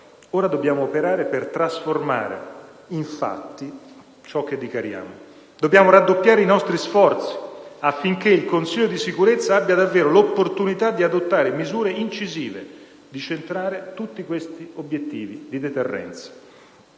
Ora dobbiamo operare per trasformare in fatti ciò che dichiariamo. Dobbiamo raddoppiare i nostri sforzi affinché il Consiglio di sicurezza abbia davvero l'opportunità di adottare misure incisive e di centrare tutti questi obiettivi di deterrenza.